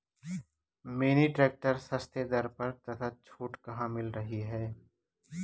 Mini tractor सस्ते दर पर तथा छूट कहाँ मिल रही है?